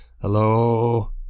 Hello